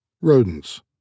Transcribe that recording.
Rodents